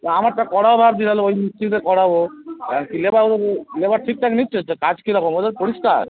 তা আমারটা করাবো ভাবছি তালে ওই মিস্ত্রি দিয়ে করাবো আর যে লেবারগুলো লেবার ঠিকঠাক নিচ্ছে হচ্ছে কাজ কীরকম ওদের পরিষ্কার